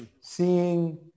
seeing